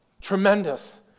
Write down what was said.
Tremendous